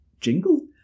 jingle